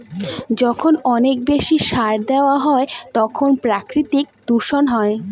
যখন অনেক বেশি সার দেওয়া হয় তখন প্রাকৃতিক দূষণ হয়